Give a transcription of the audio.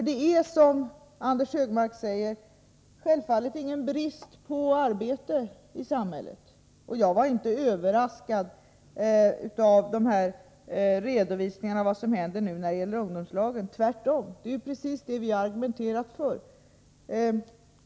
Det är, som Anders Högmark säger, självfallet ingen brist på arbete i samhället. Jag är inte överraskad av de redovisningar som vi nu får om ungdomslagen, tvärtom. Det är precis det som vi har argumenterat för.